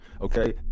okay